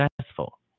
successful